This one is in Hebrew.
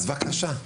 אז בבקשה,